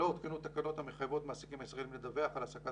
לא עודכנו תקנות המחייבות מעסיקים ישראלים לדווח על העסקת